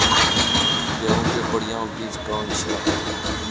गेहूँ के बढ़िया बीज कौन छ?